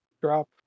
Drop